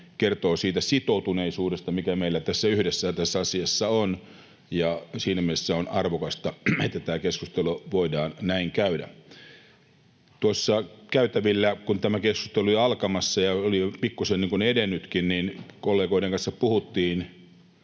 kertoo siitä sitoutuneisuudesta, mikä meillä tässä yhdessä ja tässä asiassa on, ja siinä mielessä on arvokasta, että tätä keskustelua voidaan näin käydä. Tuossa käytävillä, kun tämä keskustelu oli jo alkamassa ja oli pikkuisen jo edennytkin, kollegoiden kanssa puhuttiin,